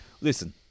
listen